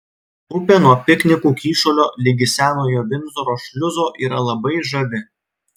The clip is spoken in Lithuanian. upė nuo piknikų kyšulio ligi senojo vindzoro šliuzo yra labai žavi